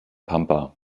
pampa